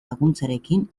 laguntzarekin